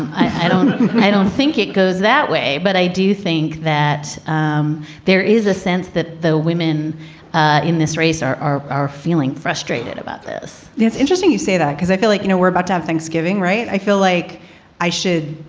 i don't i don't think it goes that way. but i do think that um there is a sense that the women in this race are are feeling frustrated about this it's interesting you say that because i feel like you know, we're about to have thanksgiving, right. i feel like i should